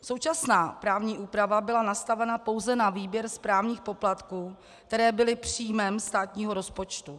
Současná právní úprava byla nastavena pouze na výběr správních poplatků, které byly příjmem státního rozpočtu.